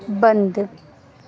بند